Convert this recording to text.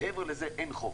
מעבר לזה אין חוק.